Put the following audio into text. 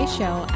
Show